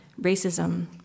racism